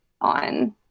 on